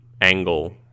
angle